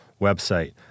website